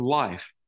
life